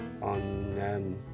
on